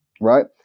right